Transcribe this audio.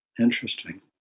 Interesting